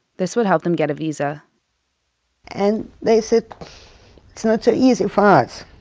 this would help them get a visa and they said it's not so easy for us.